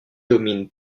domine